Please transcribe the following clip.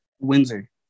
Windsor